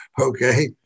Okay